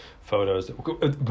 photos